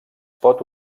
pot